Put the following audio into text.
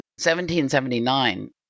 1779